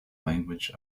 language